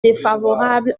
défavorable